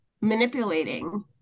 manipulating